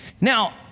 Now